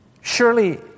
surely